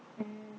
mm